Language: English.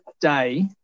day